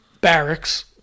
barracks